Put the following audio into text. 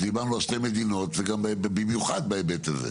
כשדיברנו על שתי מדינות, זה במיוחד בהיבט הזה.